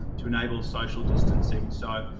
to enable social distancing. so,